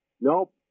nope